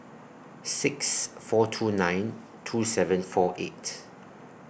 six four two nine two seven four eight